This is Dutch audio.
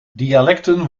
dialecten